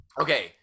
Okay